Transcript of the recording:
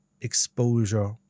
exposure